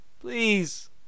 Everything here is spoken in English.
please